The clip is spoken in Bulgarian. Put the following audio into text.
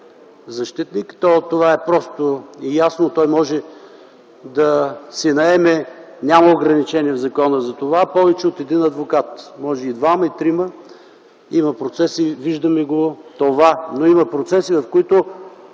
защитник, това е ясно, той може да си наеме, няма ограничения в закона затова, повече от един адвокат, може и двама, и трима. Има процеси, виждаме го това, но има процеси, в които